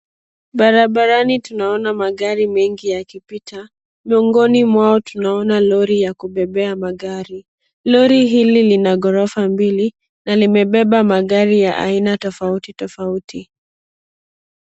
Barabarani tunaona magari mengi yakipita. Miongoni mwao tunaona lori ya kubebea magari. Lori hili lina ghorofa mbili na limebeba magari ya aina tofauti tofauti.